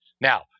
Now